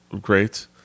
great